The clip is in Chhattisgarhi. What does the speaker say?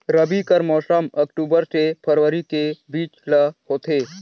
रबी कर मौसम अक्टूबर से फरवरी के बीच ल होथे